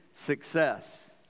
success